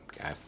Okay